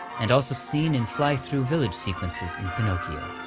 and also seen in fly-through village sequences in pinocchio.